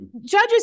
judges